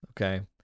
Okay